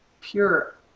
pure